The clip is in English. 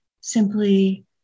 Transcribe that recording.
simply